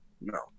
no